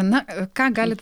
na ką galit